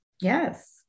Yes